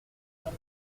sont